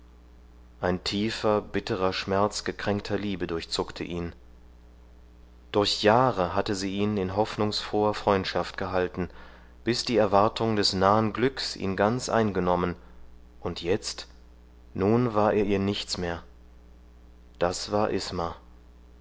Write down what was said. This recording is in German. ein tiefer bitterer schmerz gekränkter liebe durchzuckte ihn durch jahre hatte sie ihn in hoffnungsfroher freundschaft gehalten bis die erwartung des nahen glücks ihn ganz eingenommen und jetzt nun war er ihr nichts mehr das war